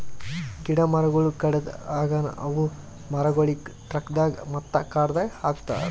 ಗಿಡ ಮರಗೊಳ್ ಕಡೆದ್ ಆಗನ ಅವು ಮರಗೊಳಿಗ್ ಟ್ರಕ್ದಾಗ್ ಮತ್ತ ಕಾರದಾಗ್ ಹಾಕತಾರ್